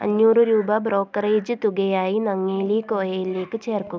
അഞ്ഞൂറ് രൂപ ബ്രോക്കറേജ് തുകയായി നങ്ങേലി കോയയിലേക്ക് ചേർക്കു